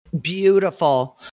Beautiful